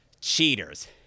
Cheaters